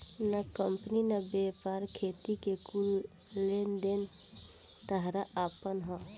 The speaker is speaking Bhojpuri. ना कंपनी ना व्यापार, खेती के कुल लेन देन ताहार आपन ह